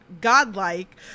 godlike